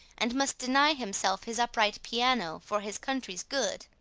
and must deny himself his upright piano for his country's good.